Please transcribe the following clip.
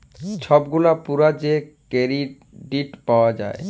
ছব গুলা পুরা যে কেরডিট পাউয়া যায়